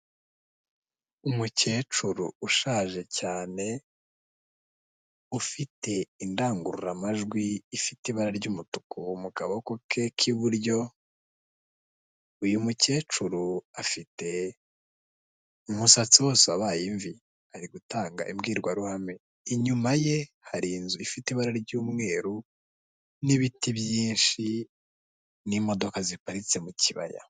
Umukecuru ushaje cyane ufite indangururamajwi ifite ibara ry'umutuku mu kaboko ke k'iburyo, uyu mukecuru afite umusatsi wose wabaye imvi ari gutanga imbwirwaruhame, inyuma ye hari inzu ifite ibara ry'umweru n'ibiti byinshi, n'imodoka ziparitse mu kibaya.